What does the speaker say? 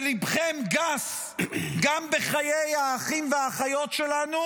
שליבכם גס גם בחיי האחים והאחיות שלנו,